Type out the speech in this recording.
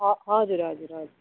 ह हजुर हजुर हजुर